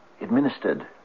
administered